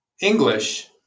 English